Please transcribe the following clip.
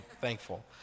thankful